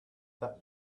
that